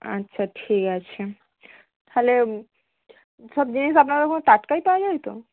আচ্ছা ঠিক আছে তাহলে সব জিনিস আপনাদের ওখানে টাটকাই পাওয়া যায় তো